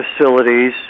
facilities